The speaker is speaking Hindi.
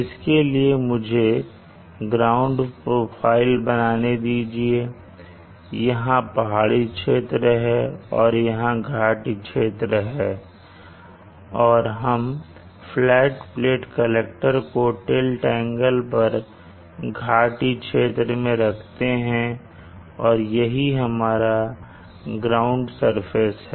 इसके लिए मुझे ग्राउंड प्रोफाइल बनाने दीजिए यहां पहाड़ी क्षेत्र और घाटी क्षेत्र होंगे और हम फ्लैट प्लेट कलेक्टर को टिल्ट एंगल पर घाटी क्षेत्र में रखते हैं और यही हमारा ग्राउंड सरफेस है